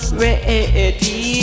ready